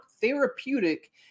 therapeutic